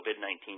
COVID-19